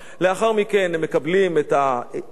לאחר מכן הם מקבלים את ההתאקלמות,